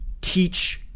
teach